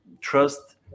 trust